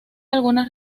algunas